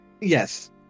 Yes